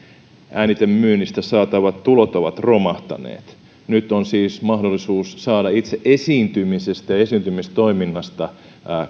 äänitemyynnistä saatavat tulot ovat romahtaneet nyt on siis mahdollisuus saada itse esiintymisestä ja esiintymistoiminnasta